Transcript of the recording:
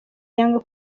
yanga